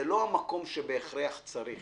זה לא המקום בהכרח צריך.